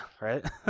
Right